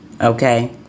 Okay